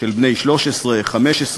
של בני 13, 15,